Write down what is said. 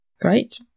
great